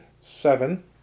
seven